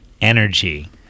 energy